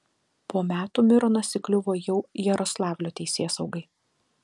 po metų mironas įkliuvo jau jaroslavlio teisėsaugai